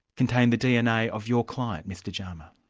contained the dna of your client, mr jama.